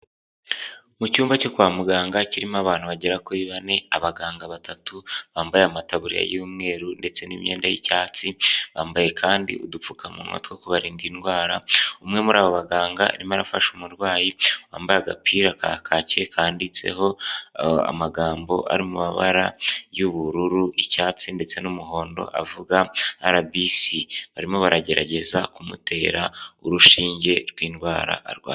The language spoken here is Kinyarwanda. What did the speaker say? Mu cyumba cyo kwa muganga kirimo abantu bagera kuri bane abaganga batatu bambaye amataburiya y'umweru ndetse n'imyenda y'icyatsi bambaye kandi udupfukamunwa two kubarinda indwara umwe muri abo baganga arimo arafasha umurwayi wambaye agapira ka kake kanditseho amagambo ari mabara y'ubururu , icyatsi ndetse n'umuhondo avuga RBC barimo baragerageza kumutera urushinge rw'indwara arwaye.